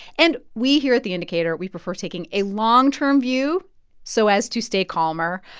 and we here at the indicator, we prefer taking a long-term view so as to stay calmer.